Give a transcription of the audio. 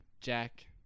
Jack